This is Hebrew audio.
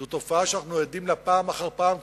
זו תופעה שאנחנו עדים לה פעם אחר פעם,